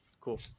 Cool